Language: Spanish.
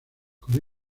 con